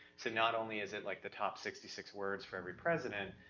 so not only is it like the top sixty six words for every president.